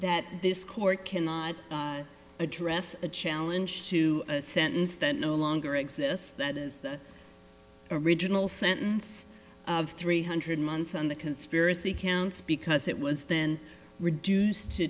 that this court cannot address a challenge to a sentence that no longer exists that is that original sentence of three hundred months and the conspiracy counts because it was then reduced to